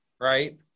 Right